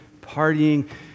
partying